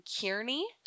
Kearney